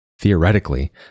Theoretically